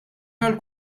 għall